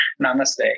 Namaste